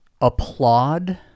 Applaud